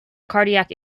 cardiac